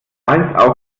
als